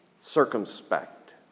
circumspect